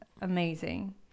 amazing